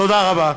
תודה רבה,